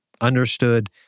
understood